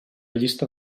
llista